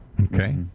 Okay